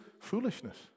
foolishness